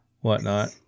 whatnot